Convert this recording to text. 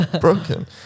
Broken